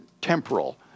temporal